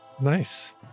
Nice